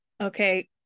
okay